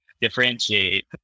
differentiate